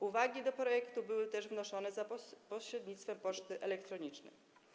Uwagi do projektu były też wnoszone za pośrednictwem poczty elektronicznej.